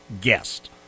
guest